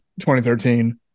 2013